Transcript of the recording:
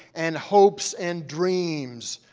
and hopes and dreams.